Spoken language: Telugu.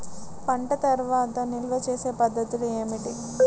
పంట తర్వాత నిల్వ చేసే పద్ధతులు ఏమిటి?